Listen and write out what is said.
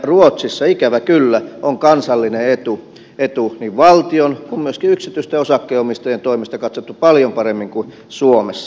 ruotsissa ikävä kyllä on kansallinen etu niin valtion kuin myöskin yksityisten osakkeenomistajien toimesta katsottu paljon paremmin kuin suomessa